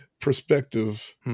Perspective